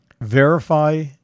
verify